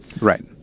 Right